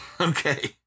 okay